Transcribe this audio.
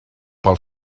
pel